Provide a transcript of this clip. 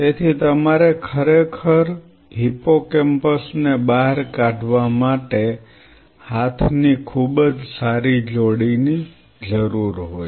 તેથી તમારે ખરેખર હિપ્પોકેમ્પસ ને બહાર કાઢવા માટે હાથની ખૂબ જ સારી જોડીની જરૂર હોય